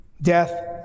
death